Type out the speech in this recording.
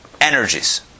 energies